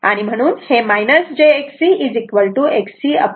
म्हणून हे jXC आणि XC1ω C असे आहे